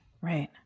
Right